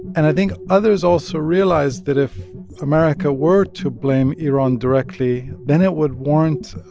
and i think others also realized that if america were to blame iran directly, then it would warrant